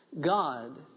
God